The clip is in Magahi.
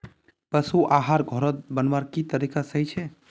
पशु आहार घोरोत बनवार की तरीका सही छे?